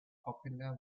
popular